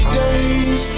days